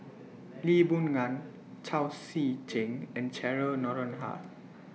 Lee Boon Ngan Chao Tzee Cheng and Cheryl Noronha